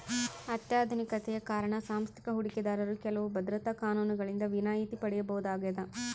ಅತ್ಯಾಧುನಿಕತೆಯ ಕಾರಣ ಸಾಂಸ್ಥಿಕ ಹೂಡಿಕೆದಾರರು ಕೆಲವು ಭದ್ರತಾ ಕಾನೂನುಗಳಿಂದ ವಿನಾಯಿತಿ ಪಡೆಯಬಹುದಾಗದ